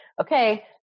okay